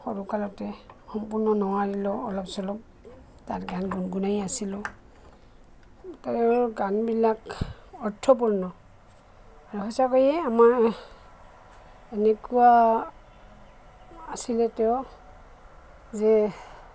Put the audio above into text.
সৰুকালতে সম্পূৰ্ণ নোৱাৰিলেও অলপ চলপ তাত গান গুণগুণাই আছিলোঁ তেওঁৰ গানবিলাক অৰ্থপূৰ্ণ আমাৰ এনেকুৱা আছিলে তেওঁ যে